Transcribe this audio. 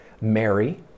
Mary